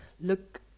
look